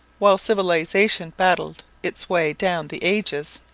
while civilization battled its way down the ages.